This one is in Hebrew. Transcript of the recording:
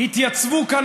התייצבו כאן,